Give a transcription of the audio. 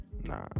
Nah